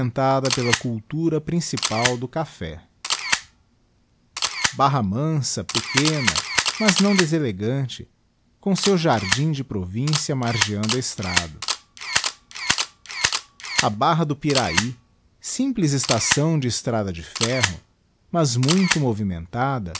alimentada pela cultura principal do café barra mansa pequena mas não deselegante com seu jardim de provincia margeando a estrada a barra do pirahy simples estação de estrada de ferro mas muito movimentada